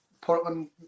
Portland